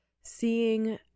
seeing